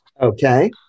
Okay